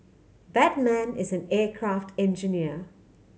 that man is an aircraft engineer